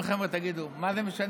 אני אומר, חבר'ה, תגידו, מה זה משנה?